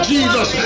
Jesus